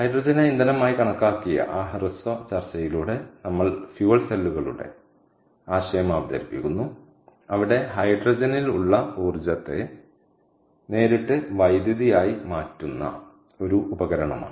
ഹൈഡ്രജനെ ഇന്ധനമായി കണക്കാക്കിയ ആ ഹ്രസ്വ ചർച്ചയിലൂടെ നമ്മൾ ഇന്ധന സെല്ലുകളുടെ ആശയം അവതരിപ്പിക്കുന്നു അവിടെ ഹൈഡ്രജനിൽ ഉള്ള ഊർജ്ജത്തെ നേരിട്ട് വൈദ്യുതിയായി മാറ്റുന്ന ഒരു ഉപകരണമാണ്